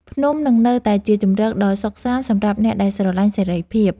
ភ្នំនឹងនៅតែជាជម្រកដ៏សុខសាន្តសម្រាប់អ្នកដែលស្រឡាញ់សេរីភាព។